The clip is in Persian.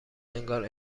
انگار